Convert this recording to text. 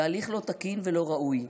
בהליך לא תקין ולא ראוי.